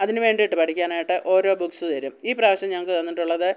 അതിന് വേണ്ടിയിട്ട് പഠിക്കാനായിട്ട് ഓരോ ബുക്സ് തരും ഈ പ്രാവശ്യം ഞങ്ങൾക്ക് തന്നിട്ടുള്ളത്